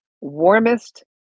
warmest